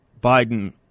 Biden